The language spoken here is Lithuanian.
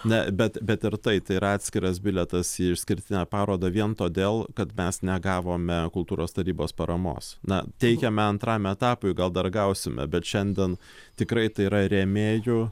ne bet bet ir tai tai yra atskiras bilietas į išskirtinę parodą vien todėl kad mes negavome kultūros tarybos paramos na teikiame antrajam etapui gal dar gausime bet šiandien tikrai tai yra rėmėjų